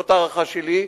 זאת הערכה שלי.